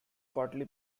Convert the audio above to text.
partly